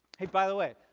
hey, by the way,